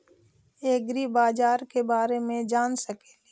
ऐग्रिबाजार के बारे मे जान सकेली?